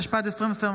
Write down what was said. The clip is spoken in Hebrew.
התשפ"ד 2024,